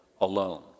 alone